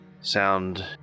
sound